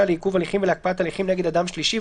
לעיכוב הליכים ולהקפאת הליכים נגד אדם שלישי,